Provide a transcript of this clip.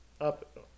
up